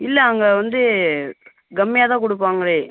இல்லை அங்க வந்து கம்மியாக தான் கொடுப்பாங்களே